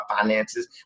finances